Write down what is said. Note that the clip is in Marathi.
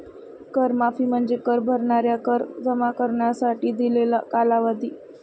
कर माफी म्हणजे कर भरणाऱ्यांना कर जमा करण्यासाठी दिलेला कालावधी